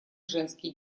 женский